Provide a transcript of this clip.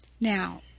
Now